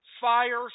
fire